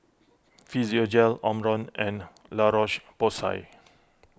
Physiogel Omron and La Roche Porsay